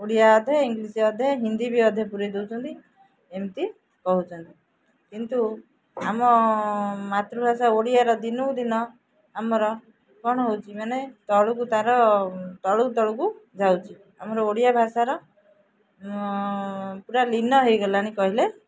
ଓଡ଼ିଆ ଅଧେ ଇଂଲିଶ୍ ଅଧେ ହିନ୍ଦୀ ବି ଅଧେ ପୁରେଇ ଦେଉଛନ୍ତି ଏମିତି କହୁଛନ୍ତି କିନ୍ତୁ ଆମ ମାତୃଭାଷା ଓଡ଼ିଆର ଦିନକୁ ଦିନ ଆମର କ'ଣ ହେଉଛି ମାନେ ତଳକୁ ତାର ତଳକୁ ତଳକୁ ଯାଉଛି ଆମର ଓଡ଼ିଆ ଭାଷାର ପୁରା ଲୀନ ହେଇଗଲାଣି କହିଲେ